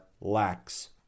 lacks